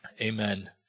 Amen